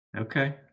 Okay